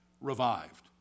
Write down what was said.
revived